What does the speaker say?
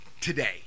today